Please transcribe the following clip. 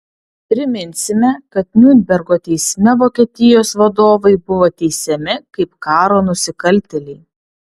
priminsime kad niurnbergo teisme vokietijos vadovai buvo teisiami kaip karo nusikaltėliai